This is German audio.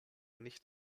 nicht